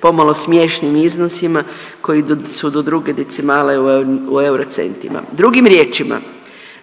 pomalo smiješnim iznosima koji su do druge decimale u euro centima. Drugim riječima,